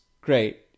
great